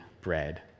bread